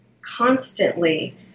constantly